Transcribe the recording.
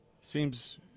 Seems